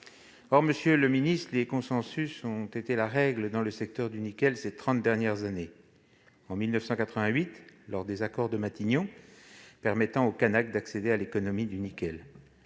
» Monsieur le ministre, les consensus ont été la règle dans le secteur du nickel ces trente dernières années : en 1988, lors des accords de Matignon, permettant aux Kanaks d'accéder à l'économie du nickel